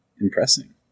impressing